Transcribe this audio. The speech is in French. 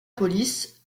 police